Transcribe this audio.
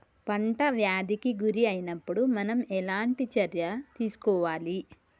పంట వ్యాధి కి గురి అయినపుడు మనం ఎలాంటి చర్య తీసుకోవాలి?